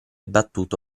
battuto